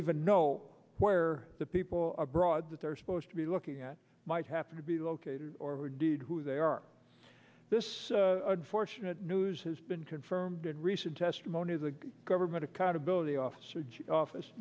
even know where the people abroad that they're supposed to be looking at might happen to be located or indeed who they are this fortunate news has been confirmed in recent testimony the government accountability office office